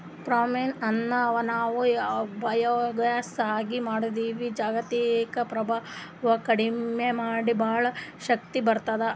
ಪೋಮ್ ಅನ್ನ್ ನಾವ್ ಬಯೋಗ್ಯಾಸ್ ಆಗಿ ಮಾಡದ್ರಿನ್ದ್ ಜಾಗತಿಕ್ವಾಗಿ ಪ್ರಭಾವ್ ಕಡಿಮಿ ಮಾಡಿ ಭಾಳ್ ಶಕ್ತಿ ಬರ್ತ್ತದ